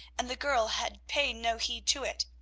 and the girl had paid no heed to it.